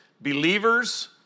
Believers